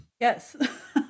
yes